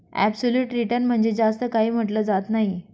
absolute return मध्ये जास्त काही म्हटलं जात नाही